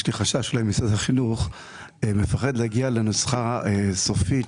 יש לי חשש שמשרד החינוך מפחד להגיע לנוסחה סופית